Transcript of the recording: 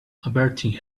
averting